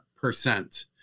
percent